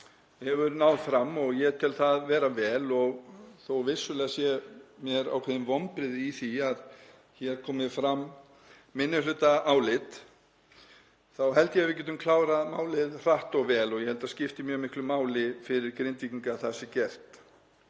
og hefur náð fram — ég tel það vera vel og þó að vissulega séu mér ákveðin vonbrigði að hér komi fram minnihlutaálit þá held ég að við getum klárað málið hratt og vel og ég held að það skipti mjög miklu máli fyrir Grindvíkinga að það sé gert.